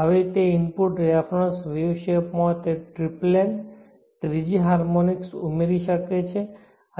હવે તે input reference wave shape માં તે ટ્રિપ્લેન ત્રીજી હાર્મોનિક ઉમેરી શકે છે